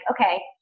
okay